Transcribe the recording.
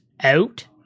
out